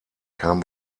kam